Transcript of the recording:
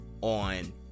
on